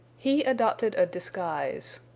he adopted a disguise.